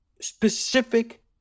specific